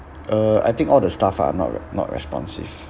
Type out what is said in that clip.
uh I think all the staff are not not responsive